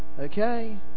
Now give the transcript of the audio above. Okay